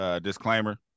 disclaimer